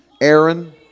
Aaron